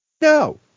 No